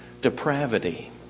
depravity